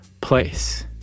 place